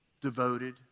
Devoted